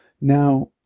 Now